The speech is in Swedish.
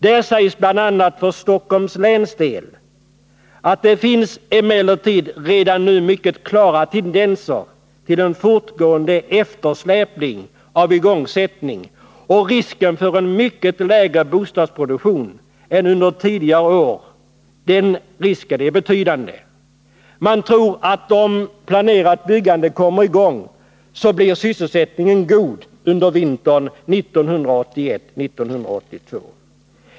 När det gäller Stockholms län säger man bl.a.: ”Det finns emellertid redan nu mycket klara tendenser till en fortgående eftersläpning av igångsättning, och risken för en mycket lägre bostadsproduktion än under tidigare år är betydande.” Man tror att om planerat byggande kommer i gång så blir sysselsättningen ”god” under vintern 1981/1982.